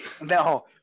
No